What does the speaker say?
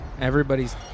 Everybody's